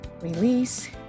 release